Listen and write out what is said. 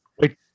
wait